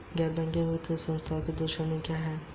गैर बैंकिंग वित्तीय संस्थानों की दो श्रेणियाँ क्या हैं?